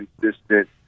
consistent